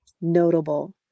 notable